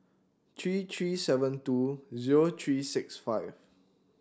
three three seven two zero three six five